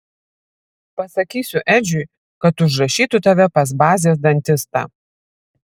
pasakysiu edžiui kad užrašytų tave pas bazės dantistą